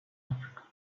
africa